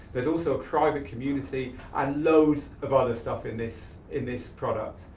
there's also a private community and loads of other stuff in this in this product.